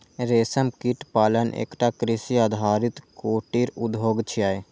रेशम कीट पालन एकटा कृषि आधारित कुटीर उद्योग छियै